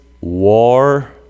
war